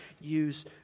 use